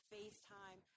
FaceTime